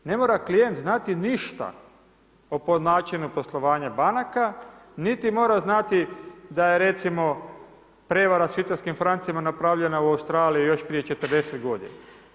Ne mora klijent znati ništa o načinu poslovanja banaka, niti mora znati da je recimo prevara u švicarskim francima napravljena u Australiji još prije 40 godina.